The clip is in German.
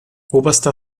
oberster